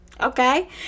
okay